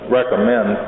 recommend